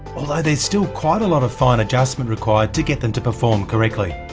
although there's still quite a lot of fine adjustment required to get them to perform correctly.